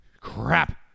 Crap